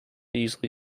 easily